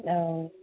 औ